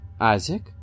Isaac